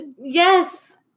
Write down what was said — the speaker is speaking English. Yes